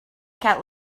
cat